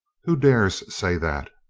who dares say that?